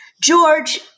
George